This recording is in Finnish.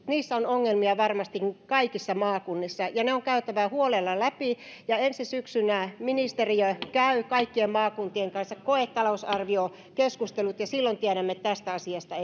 niissä on ongelmia varmasti kaikissa maakunnissa ja ja ne on käytävä huolella läpi ensi syksynä ministeriö käy kaikkien maakuntien kanssa koetalousarviokeskustelut ja silloin tiedämme tästä asiasta